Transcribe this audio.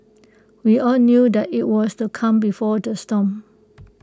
we all knew that IT was the calm before the storm